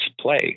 play